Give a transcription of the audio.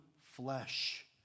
flesh